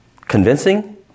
convincing